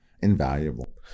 invaluable